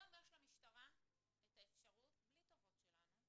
היום יש למשטרה את האפשרות בלי טובות שלנו,